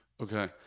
Okay